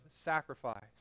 sacrifice